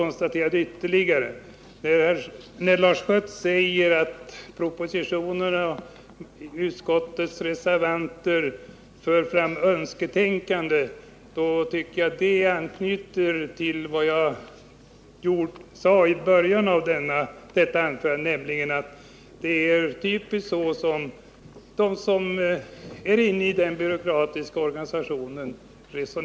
När Lars Schött säger att propositionen och utskottets reservanter för fram ett önsketänkande vill jag konstatera att det anknyter till vad jag sade i början av denna överläggning. Typiskt nog är det så de resonerar som är inne i den byråkratiska organisationen.